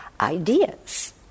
ideas